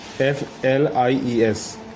F-L-I-E-S